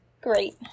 great